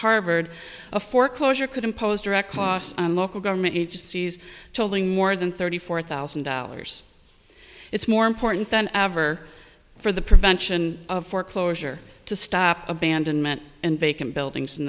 harvard a foreclosure could impose direct costs on local government agencies holding more than thirty four thousand dollars it's more important than ever for the prevention of foreclosure to stop abandonment and vacant buildings in